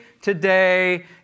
today